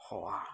!wah!